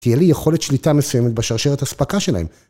תהיה לי יכולת שליטה מסוימת בשרשרת אספקה שלהם.